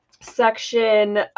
Section